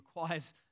requires